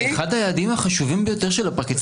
זה אחד היעדים החשובים ביותר של הפרקליטות.